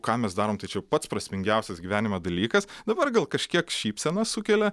ką mes darom tai čia jau pats prasmingiausias gyvenime dalykas dabar gal kažkiek šypseną sukelia